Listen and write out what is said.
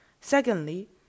Secondly